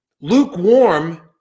lukewarm